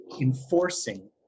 enforcing